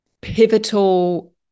pivotal